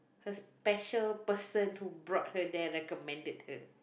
her special person who brought her there recommended her